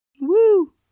Woo